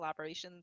collaborations